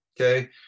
Okay